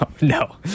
no